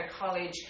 college